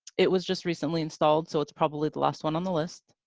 it was just recently installed, so it's probably the last one on the list.